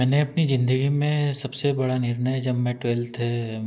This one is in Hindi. मैंने अपनी ज़िंदगी में सबसे बड़ा निर्णय जब मैं ट्वेल्थ में